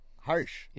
Harsh